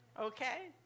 okay